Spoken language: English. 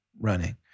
running